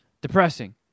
depressing